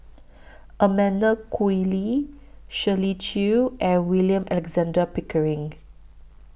Amanda Koe Lee Shirley Chew and William Alexander Pickering